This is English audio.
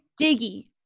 Diggy